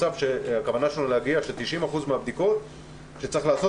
הכוונה שלנו להגיע לכך ש-90% מן הבדיקות שצריך לעשות,